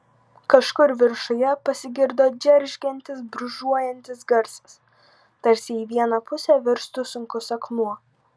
kažkur viršuje pasigirdo džeržgiantis brūžuojantis garsas tarsi į vieną pusę virstų sunkus akmuo